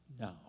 now